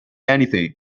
anything